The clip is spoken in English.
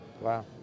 Wow